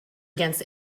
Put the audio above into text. against